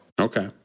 Okay